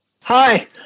Hi